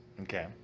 Okay